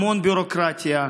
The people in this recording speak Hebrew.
המון ביורוקרטיה.